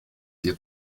dir